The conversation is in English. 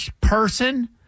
person